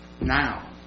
now